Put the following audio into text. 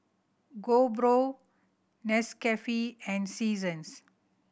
GoPro Nescafe and Seasons